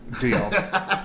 deal